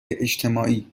اجتماعی